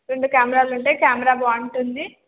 రెండు కెమెరాలు ఉంటాయి కెమెరా బాగుంటుంది